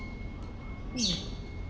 mm